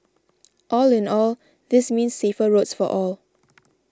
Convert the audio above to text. all in all this means safer roads for all